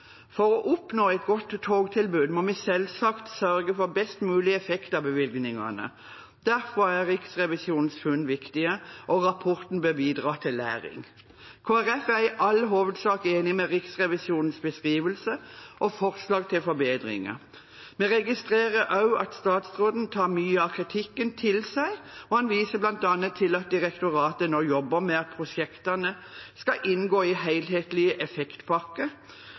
For å oppnå et godt togtilbud må vi selvsagt sørge for best mulig effekt av bevilgningene. Derfor er Riksrevisjonens funn viktige, og rapporten bør bidra til læring. Kristelig Folkeparti er i all hovedsak enig med Riksrevisjonens beskrivelse og forslag til forbedringer. Vi registrerer også at statsråden tar mye av kritikken til seg, og han viser bl.a. til at direktoratet nå jobber med at prosjektene skal inngå i